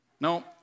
no